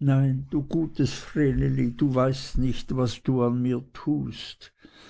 nein du gutes vreneli du weißt nicht was du an mir tust